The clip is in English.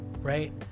right